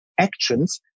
actions